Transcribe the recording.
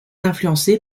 influencé